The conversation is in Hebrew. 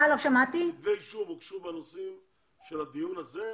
כתבי האישום הוגשו בנושאים נשוא הדיון הזה?